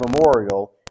memorial